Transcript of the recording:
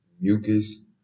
mucus